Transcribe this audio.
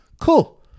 cool